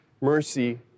mercy